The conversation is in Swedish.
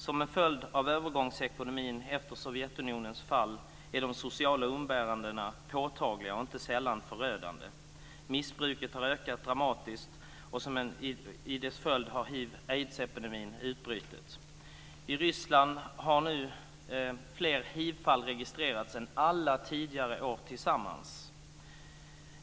Som en följd av övergångsekonomin efter Sovjetunionens fall är de sociala umbärandena påtagliga och inte sällan förödande. Missbruket har ökat dramatiskt, och i dess följd har en hiv/aids-epidemi utbrutit. I Ryssland har i år fler hivfall registrerats än alla tidigare år tillsammans.